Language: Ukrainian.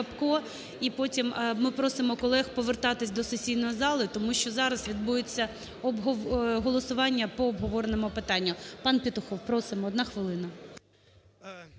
і потім… ми просимо колег повертатися до сесійної зали, тому що зараз відбудеться голосування по обговореному питанню. Пан Петухов, просимо. Одна хвилина.